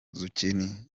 zucchini